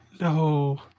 No